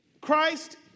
Christ